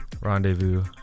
rendezvous